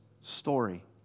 story